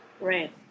Right